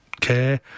care